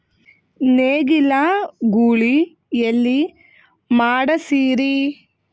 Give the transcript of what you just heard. ನೇಗಿಲ ಗೂಳಿ ಎಲ್ಲಿ ಮಾಡಸೀರಿ?